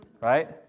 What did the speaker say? right